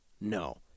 no